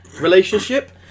Relationship